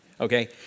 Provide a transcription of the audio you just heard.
Okay